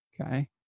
okay